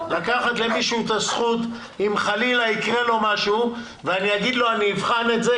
לקחת למישהו את הזכות אם חלילה יקרה משהו ואני אגיד לו: אני אבחן את זה,